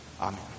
Amen